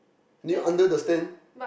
do you under the stand